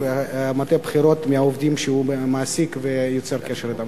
ומטה בחירות מהעובדים שהוא מעסיק ויוצר קשר אתם.